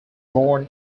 born